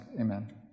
Amen